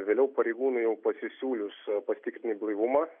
vėliau pareigūnui jau pasisiūlius pasitikrinti blaivumą